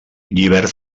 llibert